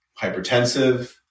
hypertensive